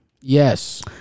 yes